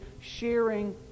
sharing